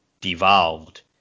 devolved